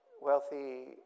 wealthy